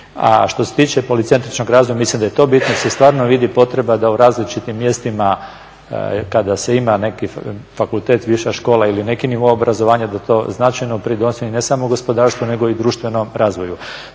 što se tiče policentričnog razvoja, mislim da je to bitno jer se stvarno vidi potreba da u različitim mjestima kada se ima neki fakultet, viša škola ili neki nivo obrazovanja da to značajno pridonosi ne samo gospodarstvu nego i društvenom razvoju.